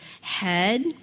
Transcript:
head